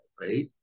right